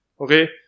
Okay